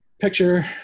picture